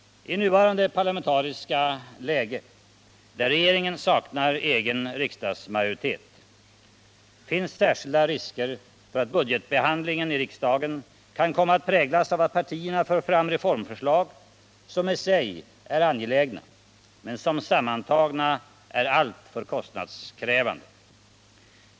I nuvarande parlamentariska läge, där regeringen saknar egen riksdagsmajoritet, finns särskilda risker för att budgetbehandlingen i riksdagen kan komma att präglas av att partierna för fram reformförslag som i sig är angelägna men som sammantagna är alltför kostnadskrävande.